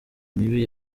mibi